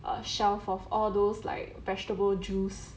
shelf of all those like vegetable juice